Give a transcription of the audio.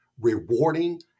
rewarding